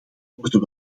worden